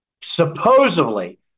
supposedly